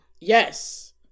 Yes